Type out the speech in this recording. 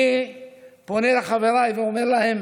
אני פונה לחבריי ואומר להם: